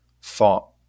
fought